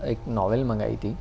ایک ناول منگائی تھی